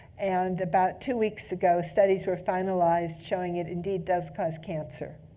and about two weeks ago, studies were finalized showing it indeed does cause cancer.